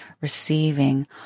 receiving